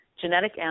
genetic